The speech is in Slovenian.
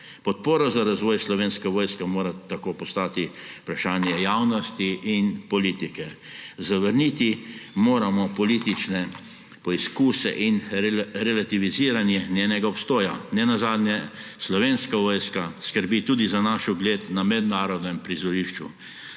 Podpora za razvoj Slovenske vojske mora tako postati vprašanje javnosti in politike. Zavrniti moramo politično poizkuse in relativiziranje njenega obstoja. Nenazadnje Slovenska vojska skrbi tudi za naš ugled na mednarodnem prizorišču,